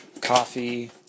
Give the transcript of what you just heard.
coffee